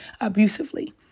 abusively